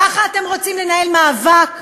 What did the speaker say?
ככה אתם רוצים לנהל מאבק?